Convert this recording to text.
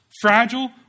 fragile